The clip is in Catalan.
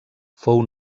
fou